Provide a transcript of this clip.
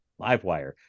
Livewire